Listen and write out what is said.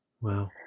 Wow